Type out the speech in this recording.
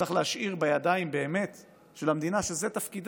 צריך להשאיר בידיים של המדינה, שזה תפקידה.